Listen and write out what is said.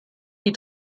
die